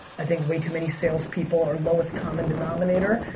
i think way too many salespeople are lowest common denominator.